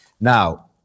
Now